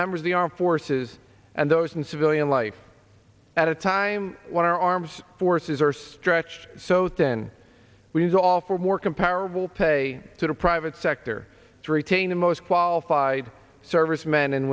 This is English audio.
members of the armed forces and those in civilian life at a time when our arms forces are stretched so thin we are all for more comparable pay to the private sector to retain the most qualified service men and